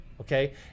okay